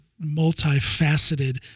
multifaceted